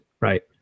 right